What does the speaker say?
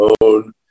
own